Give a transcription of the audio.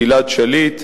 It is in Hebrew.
גלעד שליט,